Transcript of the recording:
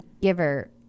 giver